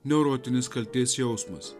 neurotinis kaltės jausmas